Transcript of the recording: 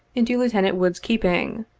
into lieutenant wood's keeping.